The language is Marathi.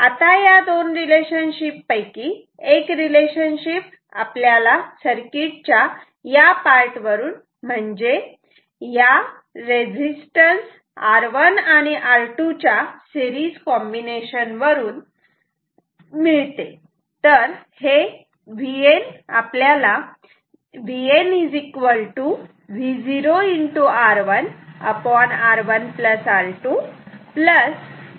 आता या दोन रिलेशनशिप पैकी एक रिलेशनशिप आपल्याला सर्किट च्या या पार्ट वरून म्हणजे ह्या R1 आणि R2 या रेझिस्टन्स च्या सेरीज कॉम्बिनेशन वरून VN V0 R1R1R2 V1 R2R1R2 असे मिळते